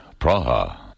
Praha